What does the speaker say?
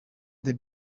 the